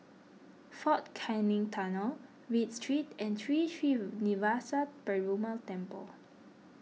fort Canning Tunnel Read Street and Sri Srinivasa Perumal Temple